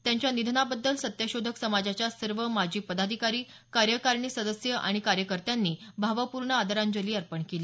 त्यांच्या निधनाबद्दल सत्यशोधक समाजाच्या सर्व माजी पदाधिकारी कार्यकारिणी सदस्य आणि कार्यकर्त्यांनी त्यांना भावपूर्ण आदरांजली अर्पण केली